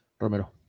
Romero